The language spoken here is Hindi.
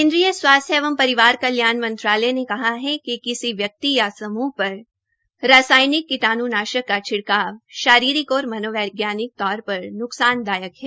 केन्द्रीय स्वास्थ्य एवं परिवार कल्याण मंत्रालय ने कहा है कि किसी व्यक्ति या समूह पर रासायनिक कीटणुनाशक का छिड़काव शारीरिक और मनोवैज्ञानिक तौर पर न्कसानदायक है